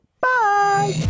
Bye